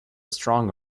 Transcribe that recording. strong